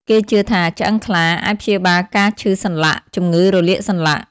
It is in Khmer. គេជឿថាឆ្អឹងខ្លាអាចព្យាបាលការឈឺសន្លាក់ ជំងឺរលាកសន្លាក់។